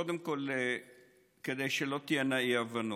קודם כול, כדי שלא תהיינה אי-הבנות,